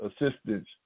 assistance